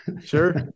Sure